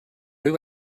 ryw